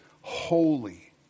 holy